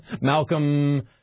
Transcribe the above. Malcolm